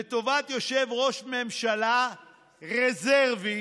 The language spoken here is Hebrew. לטובת ראש ממשלה רזרבי